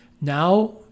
now